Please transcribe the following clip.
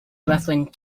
reference